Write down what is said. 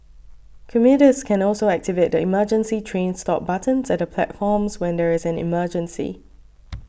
commuters can also activate the emergency train stop buttons at the platforms when there is an emergency